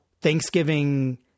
Thanksgiving